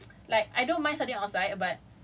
ya and then nak nak nak belajar kat luar pun